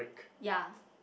ya